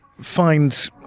find